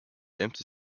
empty